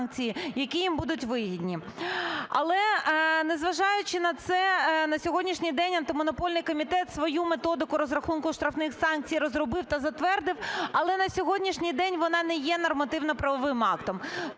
які їм будуть вигідні. Але незважаючи на це, на сьогоднішній день Антимонопольний комітет свою методику розрахунку штрафних санкцій розробив та затвердив, але на сьогоднішній день вона не є нормативно-правовим актом.